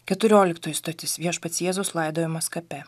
keturioliktoji stotis viešpats jėzus laidojamas kape